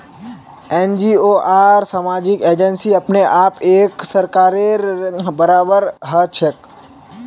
NGO आर सामाजिक agency अपने आप एक सरकारेर बराबर हछेक